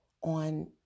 on